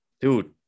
Dude